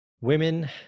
women